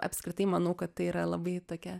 apskritai manau kad tai yra labai tokia